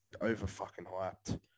over-fucking-hyped